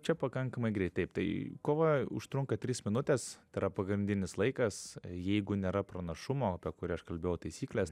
čia pakankamai greit taip tai kova užtrunka tris minutes tai yra pagrindinis laikas jeigu nėra pranašumo apie kurį aš kalbėjau taisyklės